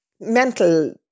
mental